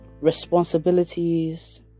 responsibilities